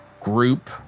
group